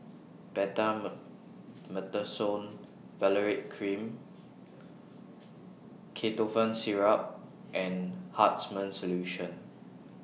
Valerate Cream Ketotifen Syrup and Hartman's Solution